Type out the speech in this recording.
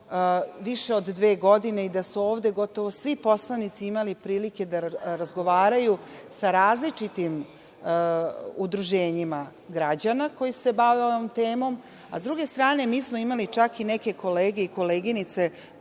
više od dve godine i da su ovde gotovo svi poslanici imali prilike da razgovaraju sa različitim udruženjima građana koji se bave ovom temom, a sa druge strane mi smo imali čak i neke kolege i koleginice